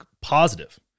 positive